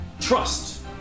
trust